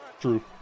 True